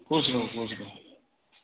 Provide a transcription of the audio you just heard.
खुश रहूँ खुश रहूँ